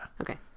okay